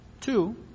Two